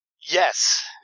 Yes